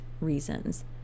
reasons